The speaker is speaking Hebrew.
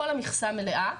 כל המכסה מלאה,